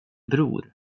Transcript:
bror